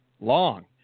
Long